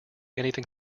anything